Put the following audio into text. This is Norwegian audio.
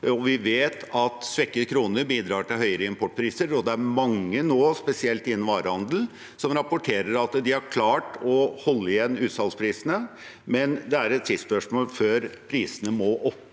vi vet at svekket krone bidrar til høyere importpriser. Det er mange nå, spesielt innen varehandel, som rapporterer at de har klart å holde igjen utsalgsprisene, men det er et tidsspørsmål før prisene må opp,